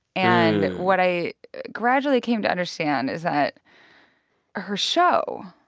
and what i gradually came to understand is that her show.